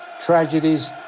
tragedies